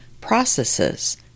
processes